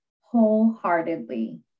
wholeheartedly